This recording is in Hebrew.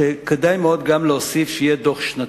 שכדאי מאוד גם להוסיף שיהיה דוח שנתי.